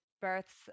births